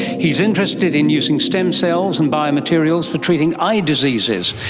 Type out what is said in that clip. he's interested in using stem cells and biomaterials for treating eye diseases,